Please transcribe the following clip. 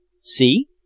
See